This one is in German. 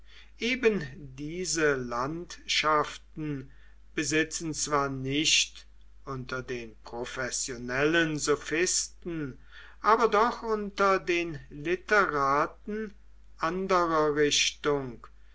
eben diese landschaften besitzen zwar nicht unter den professionellen sophisten aber doch unter den literaten anderer richtung